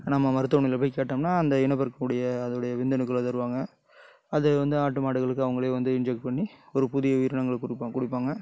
நம்ம மருத்துவமனைல போய் கேட்டோம்னா அந்த இனப்பெருக்கக் கூடிய அதோடைய விந்தணுக்களை தருவாங்க அதை வந்து ஆட்டு மாடுகளுக்கு அவங்களே வந்து இன்ஜெக்ட் பண்ணி ஒரு புதிய உயிரினங்களை குருப்பாக கொடுப்பாங்க